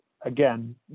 again